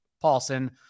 Paulson